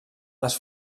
les